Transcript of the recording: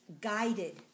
guided